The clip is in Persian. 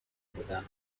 بودن